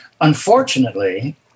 Unfortunately